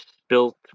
spilt